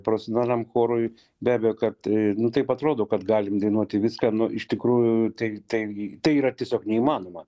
profesionaliam chorui beabejo kad nu taip atrodo kad galim dainuoti viską nu iš tikrųjų tai tai tai yra tiesiog neįmanoma